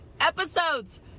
episodes